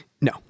No